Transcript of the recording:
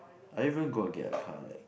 are you even gonna get a car like